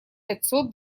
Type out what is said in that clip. пятьсот